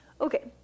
Okay